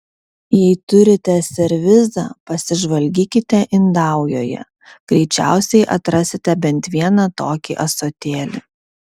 jei turite servizą pasižvalgykite indaujoje greičiausiai atrasite bent vieną tokį ąsotėlį